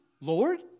Lord